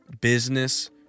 business